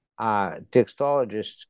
textologists